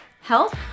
Health